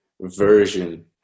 version